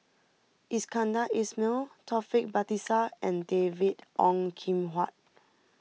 Iskandar Ismail Taufik Batisah and David Ong Kim Huat